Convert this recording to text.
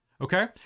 okay